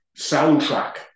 soundtrack